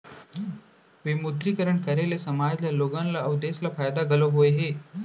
विमुद्रीकरन करे ले समाज ल लोगन ल अउ देस ल फायदा घलौ होय हे